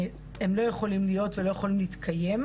הם לא יכולים להיות ולא יכולים להתקיים.